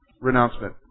renouncement